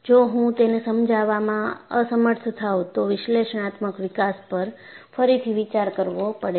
જો હું તેને સમજાવવામાં અસમર્થ થાવ તો વિશ્લેષણાત્મક વિકાસ પર ફરીથી વિચાર કરવો પડે છે